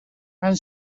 and